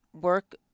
work